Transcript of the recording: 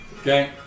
Okay